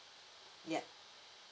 yup